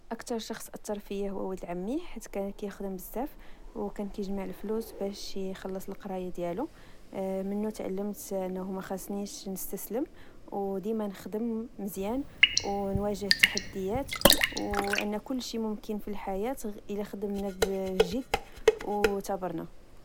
أكتر شخص أثر فيا هو ولد عمي، حيث كان كخدم بزاف وكان كجمع الفلوس باش يخلص القرايا ديالو، منو تعلمت أنه ما خاصنيش نستسلم وديما نخدم مزيان أو نواجه التحديات أو أن كلشي ممكن في الحياة إلا خدمنا بجد أو تابرنا